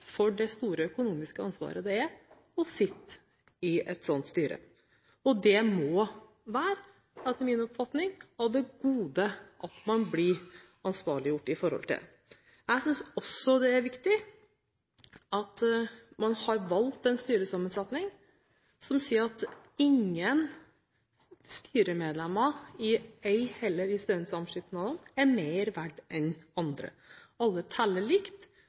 for det store økonomiske ansvaret det er å sitte i et slikt styre. Det må, etter min oppfatning, være av det gode at man blir ansvarliggjort. Jeg synes også det er viktig at man har valgt en styresammensetning som sier at ingen styremedlemmer, ei heller i studentsamskipnadene, er mer verdt enn andre. Alle teller likt,